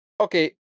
Okay